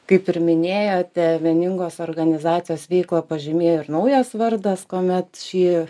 kaip ir minėjote vieningos organizacijos veiklą pažymėjo ir naujas vardas kuomet šį